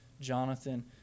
Jonathan